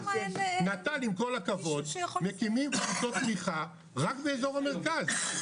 נט"ל עם כל הכבוד מקימים קבוצות תמיכה רק באזור המרכז.